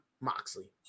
Moxley